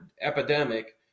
epidemic